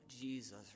Jesus